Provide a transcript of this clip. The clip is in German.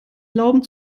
glauben